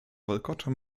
warkocza